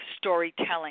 storytelling